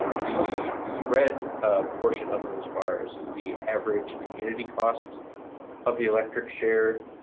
the the red portion of those bars is the average community cost of the electric share.